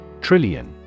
Trillion